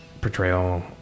portrayal